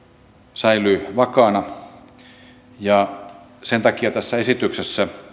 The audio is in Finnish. säilyy vakaana sen takia tässä esityksessä